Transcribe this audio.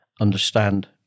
understand